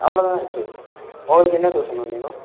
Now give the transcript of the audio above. அவ்வளோ தான் இருக்குது உங்களுக்கு என்ன தோசை மேம் வேணும்